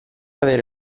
avere